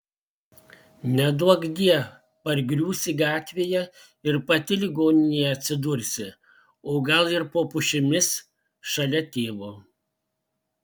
neduokdie pargriūsi gatvėje ir pati ligoninėje atsidursi o gal ir po pušimis šalia tėvo